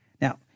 Now